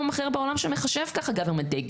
אחר בעולם שמחשב ככה government take.